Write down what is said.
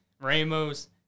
Ramos